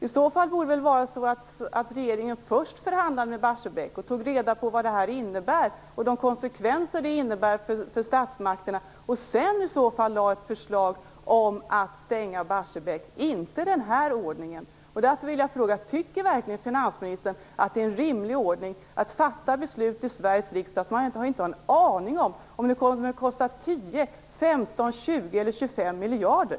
Regeringen borde väl först ha förhandlat med Barsebäck, tagit reda på konsekvenserna för statsmakterna och sedan lagt fram ett förslag om att stänga Barsebäck i stället för att använda den här ordningen. Sveriges riksdag när man inte har en aning om huruvida det kommer att kosta 10, 15, 20 eller 25 miljarder?